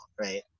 right